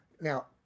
Now